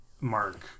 mark